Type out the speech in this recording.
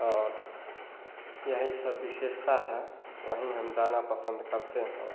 और यही सब विशेषता है वहीं हम जाना पसंद करते हैं